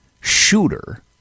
shooter